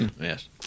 Yes